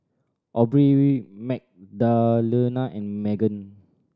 Aubrie Magdalena and Meggan